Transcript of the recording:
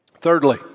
Thirdly